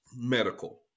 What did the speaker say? medical